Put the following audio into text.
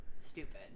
stupid